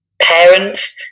parents